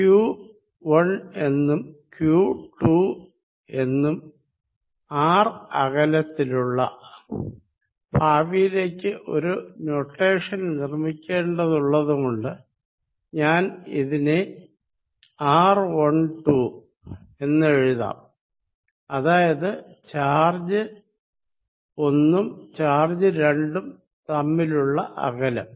q1 എന്നും q2 എന്നും r അകലത്തിലുള്ള ഭാവിയിലേക്ക് ഒരു നൊട്ടേഷൻ നിർമ്മിക്കേണ്ടതുള്ളതു കൊണ്ട് ഇതിനെ r12 എന്ന് എഴുതാം അതായത് ചാർജ് 1 ഉം ചാർജ് 2 ഉം തമ്മിലുള്ള അകലം